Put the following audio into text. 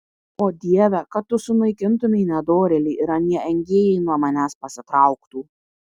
o dieve kad tu sunaikintumei nedorėlį ir anie engėjai nuo manęs pasitrauktų